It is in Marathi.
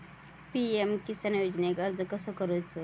पी.एम किसान योजनेक अर्ज कसो करायचो?